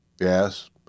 Yes